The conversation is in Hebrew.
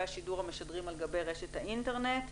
השידור המשדרים על גבי רשת האינטרנט,